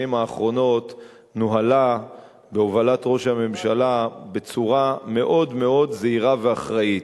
האחרונות נוהלה בהובלת ראש הממשלה בצורה מאוד זהירה ואחראית,